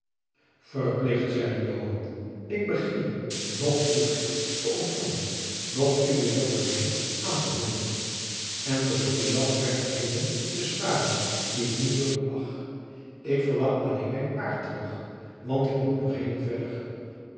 verplicht zeide joan ik begeer noch uw geld te ontfangen noch uwe jokkernij aan te hooren en verzoek u zelfs aartigheden te sparen die ik niet dulden mag ik verlang alleen mijn paard terug want ik moet nog heden verder